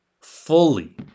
fully